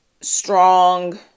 strong